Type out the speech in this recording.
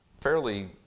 fairly